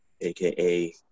AKA